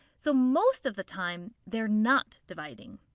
so most of the time, they're not dividing.